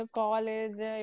college